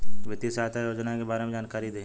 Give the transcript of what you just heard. वित्तीय सहायता और योजना के बारे में जानकारी देही?